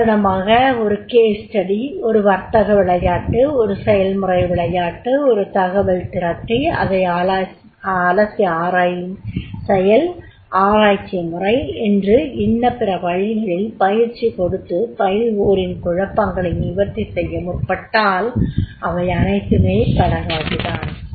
உதாரணமாக ஒரு case study ஒரு வர்த்தக விளையாட்டு ஒரு செயல்முறை விளையாட்டு ஒரு தகவல் திரட்டி அதை அலசி ஆராயும் செயல் ஆராய்ச்சி முறை என்று இன்னபிற வழிகளில் பயிற்சி கொடுத்து பயில்வோரின் குழப்பங்களை நிவர்த்தி செய்ய முற்பட்டால் அவை அனைத்துமே பெடகாகி தான்